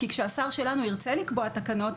כי כשהשר שלנו ירצה לקבוע תקנות,